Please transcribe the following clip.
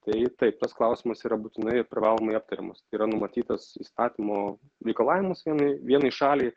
tai taip tas klausimas yra būtinai ir privalomai aptariamas tai yra numatytas įstatymo reikalavimus vienai vienai šaliai